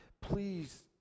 please